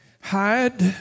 Hide